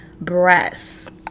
breasts